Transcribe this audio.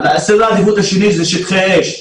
סדר העדיפות השני הוא שטחי אש.